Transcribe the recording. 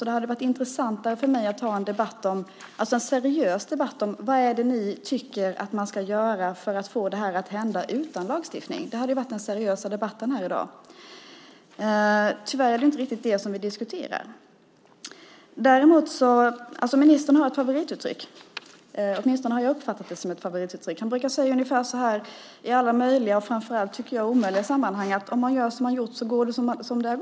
Det hade varit intressantare för mig att ha en seriös debatt om vad ni tycker att man ska göra för att få detta att hända utan lagstiftning. Det hade varit den seriösa debatten här i dag. Tyvärr är det inte riktigt det vi nu diskuterar. Ministern har ett favorituttryck, åtminstone har jag uppfattat det som ett favorituttryck. Han brukar i alla möjliga och framför allt omöjliga sammanhang säga att om man gör som man gjort så går det som det gått.